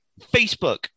Facebook